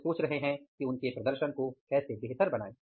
हम लोग सोच रहे हैं कि उनके प्रदर्शन को कैसे बेहतर बनाएं